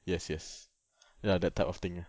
yes yes ya that type of thing ah